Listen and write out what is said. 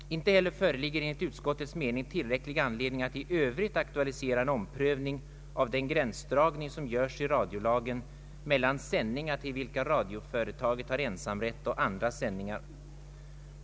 Inte heller föreligger enligt utskottets mening tillräcklig anledning att i övrigt aktualisera en omprövning av den gränsdragning som görs i radiolagen mellan sändningar till vilka radioföretagen har ensamrätt och andra sändningar.